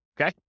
Okay